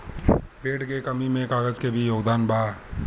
पेड़ के कमी में कागज के भी योगदान बा